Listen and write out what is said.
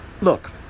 Look